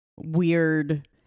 weird